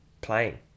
playing